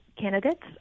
candidates